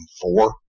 four